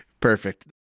Perfect